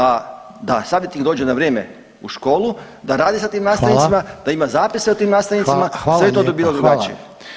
A da savjetnik dođe na vrijeme u školu, da radi sa tim nastavnicima [[Upadica Reiner: Hvala.]] da ima zapise o tim nastavnicima [[Upadica Reiner: Hvala lijepa, hvala.]] sve bi to bilo drugačije.